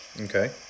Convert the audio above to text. Okay